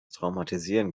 traumatisieren